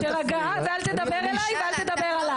תירגע ואל תדבר אליי ואל תדבר עליי.